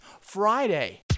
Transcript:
Friday